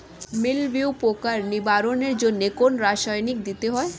মিলভিউ পোকার নিবারণের জন্য কোন রাসায়নিক দিতে হয়?